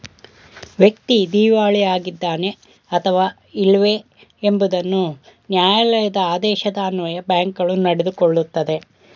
ವ್ಯಕ್ತಿ ದಿವಾಳಿ ಆಗಿದ್ದಾನೆ ಅಥವಾ ಇಲ್ಲವೇ ಎಂಬುದನ್ನು ನ್ಯಾಯಾಲಯದ ಆದೇಶದ ಅನ್ವಯ ಬ್ಯಾಂಕ್ಗಳು ನಡೆದುಕೊಳ್ಳುತ್ತದೆ